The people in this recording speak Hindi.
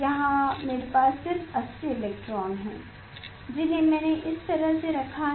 यहाँ मेरे पास सिर्फ 80 इलेक्ट्रॉन हैं जिन्हें मैंने इस तरह से रखा है